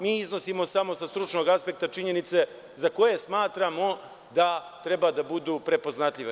Mi iznosimo samo sa stručnog aspekta činjenice za koje smatramo da treba da budu prepoznatljive.